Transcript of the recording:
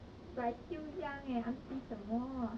!ee! auntie ah